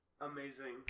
amazing